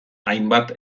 hainbat